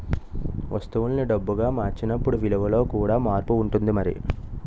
వస్తువుల్ని డబ్బుగా మార్చినప్పుడు విలువలో కూడా మార్పు ఉంటుంది మరి